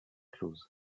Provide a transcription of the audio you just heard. close